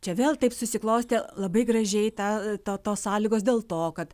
čia vėl taip susiklostė labai gražiai ta to tos sąlygos dėl to kad